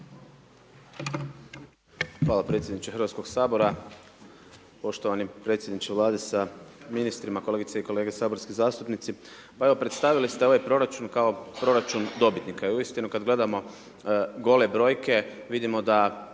Hvala predsjedniče Hrvatskog sabora, poštovani predsjedniče Vlade sa ministrima, kolegice i kolege saborski zastupnici. Pa evo, predstavili ste ovaj proračun kao proračun dobitnika, i uistinu kad gledamo gole brojke, vidimo da